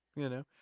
you know?